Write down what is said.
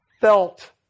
felt